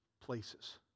places